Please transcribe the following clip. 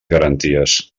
garanties